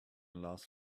last